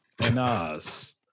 Nas